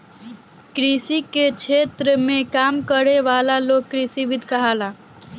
कृषि के क्षेत्र में काम करे वाला लोग कृषिविद कहाला